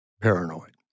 paranoid